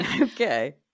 Okay